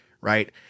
right